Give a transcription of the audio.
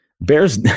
Bears